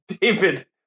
David